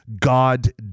God